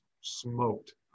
smoked